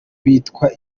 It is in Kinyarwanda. bitwa